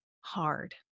hard